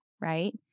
right